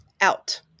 out